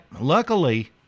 luckily